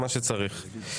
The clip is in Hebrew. מה שצריך.